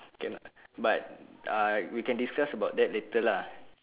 cannot but ah we can discuss about that later lah